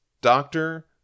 doctor